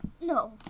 No